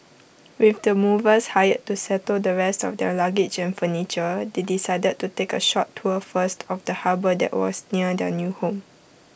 with the movers hired to settle the rest of their luggage and furniture they decided to take A short tour first of the harbour that was near their new home